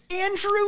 Andrew